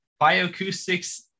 bioacoustics